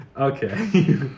Okay